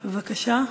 בבקשה.